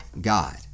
God